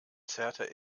zerrte